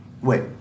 Wait